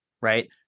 right